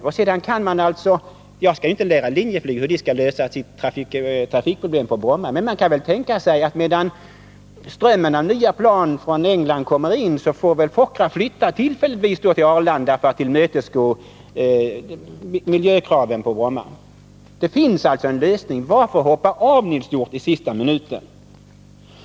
Jag skall inte lära Linjeflyg hur man skall lösa sina trafikproblem på Bromma, men det kan väl tänkas att medan strömmen av nya plan från England kommer in får Fokkrarna tillfälligtvis flytta till Arlanda för att miljökraven på Bromma skall kunna tillgodoses. Det finns alltså en lösning. Varför hoppa av, Nils Hjorth, i sista minuten?